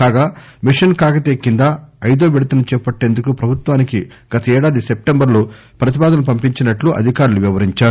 కాగా మిషన్ కాకతీయ కింద అయిదో విడతను చేపట్టేందుకు ప్రభుత్వానికి గత ఏడాది సెప్లెంబర్ లో ప్రతిపాదనలు పంపించినట్లు అధికారులు తెలిపారు